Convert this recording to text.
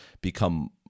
become